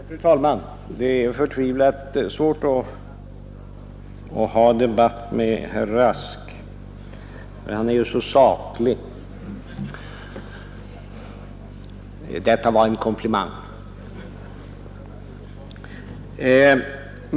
Fru talman! Det är förtvivlat svårt att föra en debatt med herr Rask — han är ju så oerhört saklig. Detta var en komplimang!